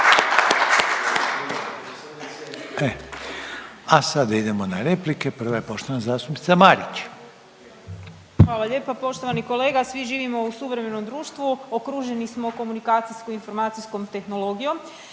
A sada idemo na replike, prva je poštovana zastupnica Marić. **Marić, Andreja (SDP)** Hvala lijepa. Poštovani kolega, svi živimo u suvremenom društvu, okruženi smo komunikacijskom informacijskom tehnologijom,